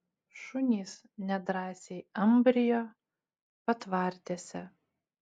šunys nedrąsiai ambrijo patvartėse